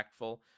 impactful